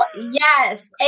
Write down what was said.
Yes